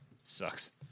Sucks